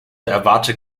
erwarte